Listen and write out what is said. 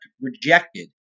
rejected